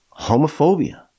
homophobia